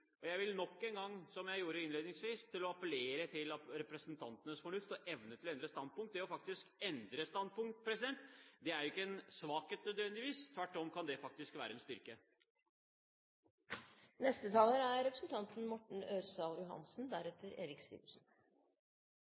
utlendinger. Jeg vil nok en gang – som jeg gjorde innledningsvis – appellere til representantenes fornuft og evne til å endre standpunkt. Det å endre standpunkt er ikke nødvendigvis en svakhet, tvert om kan det faktisk være en styrke. Litt tilbake til Prop. 141 L og det som går på samtaler med barn. Jeg er